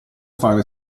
fare